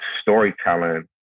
storytelling